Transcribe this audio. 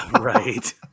Right